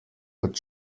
kot